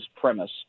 premise